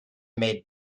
made